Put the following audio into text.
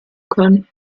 können